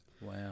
Wow